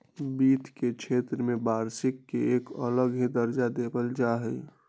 वित्त के क्षेत्र में वार्षिक के एक अलग ही दर्जा देवल जा हई